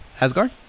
Asgard